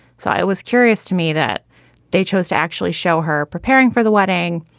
so i was curious to me that they chose to actually show her preparing for the wedding.